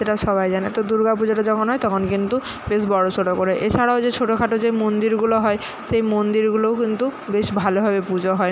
সেটা সবাই জানে তো দুর্গা পুজোটা যখন হয় তখন কিন্তু বেশ বড়ো সড়ো করে এছাড়াও যে ছোটো খাটো মন্দিরগুলো হয় সেই মন্দিরগুলোও কিন্তু বেশ ভালোভাবে পুজো হয়